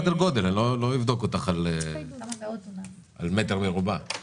סדר גודל, לא אבדוק אותך על מטר מרובע.